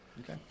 Okay